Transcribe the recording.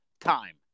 time